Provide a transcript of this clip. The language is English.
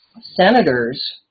senators –